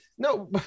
No